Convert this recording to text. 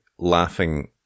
Laughing